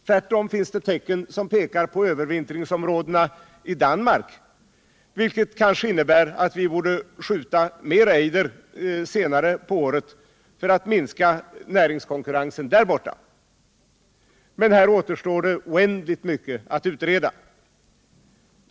Tvärtom finns det tecken som tyder på att det är ont om mat på övervintringsområdena i Danmark, vilket kanske innebär att vi borde skjuta mera ejder senare på året för att minska näringskonkurrensen i Danmark. Men här återstår det oändligt mycket att utreda.